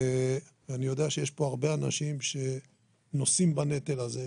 אני יודע שיש פה הרבה אנשים שנושאים בנטל הזה,